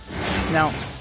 Now